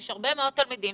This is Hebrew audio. יש הרבה מאוד תלמידים